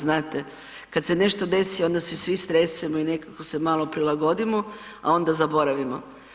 Znate kada se nešto desi onda se svi stresemo i nekako se malo prilagodimo, a onda zaboravimo.